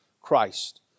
Christ